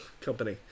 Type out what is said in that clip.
company